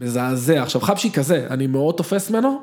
מזעזע, עכשיו חפשי כזה, אני מאוד תופס ממנו,